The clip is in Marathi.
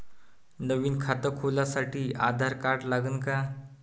नवीन खात खोलासाठी आधार कार्ड लागन का?